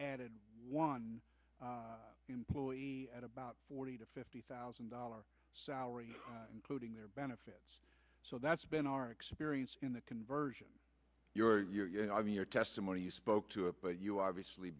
added one employee at about forty to fifty thousand dollars salary including their benefits so that's been our experience in the conversion i mean your testimony you spoke to a but you obviously